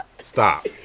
Stop